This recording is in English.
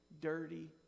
dirty